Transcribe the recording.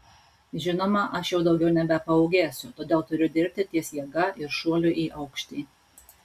žinoma aš jau daugiau nebepaūgėsiu todėl turiu dirbti ties jėga ir šuoliu į aukštį